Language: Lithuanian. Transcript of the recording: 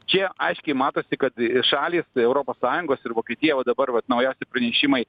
čia aiškiai matosi kad i šalys europos sąjungos ir vokietija va dabar vat naujausi pranešimai